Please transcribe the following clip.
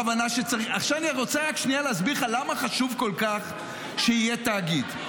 עכשיו אני רוצה להסביר לך למה חשוב כל כך שיהיה תאגיד.